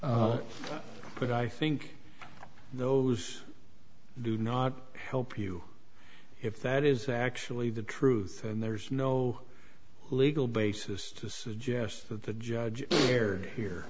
side but i think those do not help you if that is actually the truth and there's no legal basis to suggest that the judge er